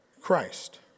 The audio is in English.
Christ